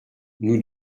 nous